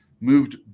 moved